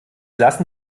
lassen